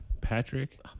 Patrick